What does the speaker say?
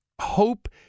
Hope